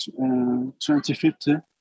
2050